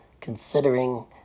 considering